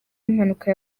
impanuka